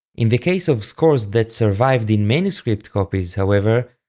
in the case of scores that survived in manuscript copies, however,